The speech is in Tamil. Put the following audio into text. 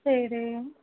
சரி